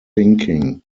thinking